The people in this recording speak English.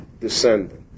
descendant